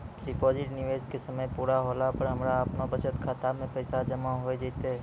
Deposit निवेश के समय पूरा होला पर हमरा आपनौ बचत खाता मे पैसा जमा होय जैतै?